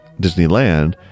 Disneyland